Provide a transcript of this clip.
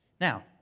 Now